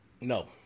No